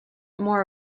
more